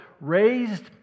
raised